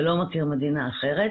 ולא מכיר מדינה אחרת,